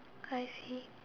I see